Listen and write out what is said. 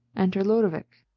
enter lodowick.